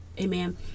Amen